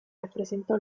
rappresentò